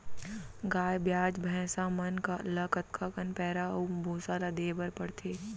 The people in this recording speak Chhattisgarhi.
गाय ब्याज भैसा मन ल कतका कन पैरा अऊ भूसा ल देये बर पढ़थे?